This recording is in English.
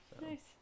Nice